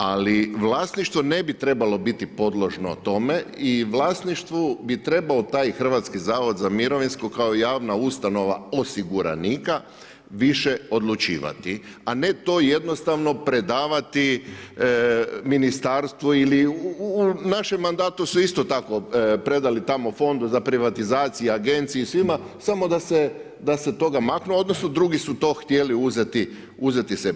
Ali vlasništvo ne bi trebali biti podložno tome i vlasništvu bi trebao taj Hrvatski zavod za mirovinsko kao javna ustanova osiguranika više odlučivati, a ne to jednostavno predavati ministarstvu ili u našem mandatu su isto tako predali tamo Fondu za privatizaciji, agenciji, svima samo da se toga maknu odnosno drugi su to htjeli uzeti sebi.